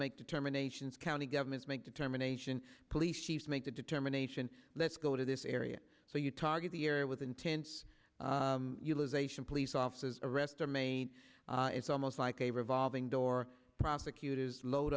make determinations county governments make determination police chiefs make the determination let's go to this area so you target the year with intense you lose asian police officers arrested me it's almost like a revolving door prosecutors load